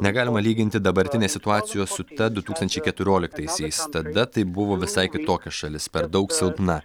negalima lyginti dabartinės situacijos su ta du tūkstančiai keturioliktaisiais tada tai buvo visai kitokia šalis per daug silpna